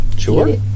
Sure